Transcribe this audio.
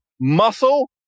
muscle